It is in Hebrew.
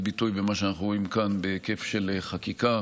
ביטוי במה שאנחנו רואים כאן בהיקף של החקיקה,